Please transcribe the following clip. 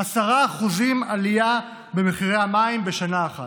10% עלייה במחירי המים בשנה אחת.